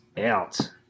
out